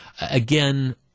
Again